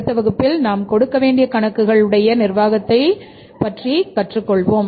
அடுத்த வகுப்பில் நாம் கொடுக்க வேண்டிய கணக்குகள் உடைய நிர்வாகத்தைப் பற்றி கற்றுக்கொள்வோம்